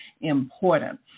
important